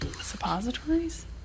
Suppositories